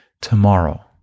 tomorrow